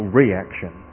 reaction